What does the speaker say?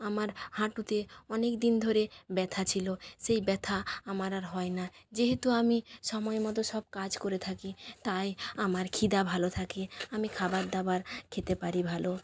আমার হাঁটুতে অনেক দিন ধরে ব্যাথা ছিলো সেই ব্যাথা আমার আর হয় না যেহেতু আমি সময় মতো সব কাজ করে থাকি তাই আমার খিদে ভালো থাকে আমি খাবার দাবার খেতে পারি ভালো